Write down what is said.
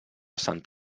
sant